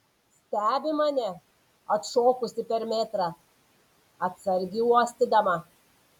stebi mane atšokusi per metrą atsargiai uostydama